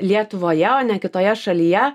lietuvoje o ne kitoje šalyje